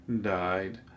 died